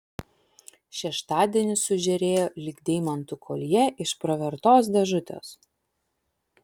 šeštadienis sužėrėjo lyg deimantų koljė iš pravertos dėžutės